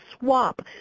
swap